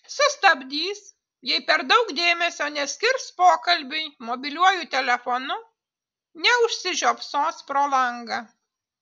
sustabdys jei per daug dėmesio neskirs pokalbiui mobiliuoju telefonu neužsižiopsos pro langą